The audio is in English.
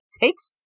takes